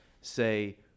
say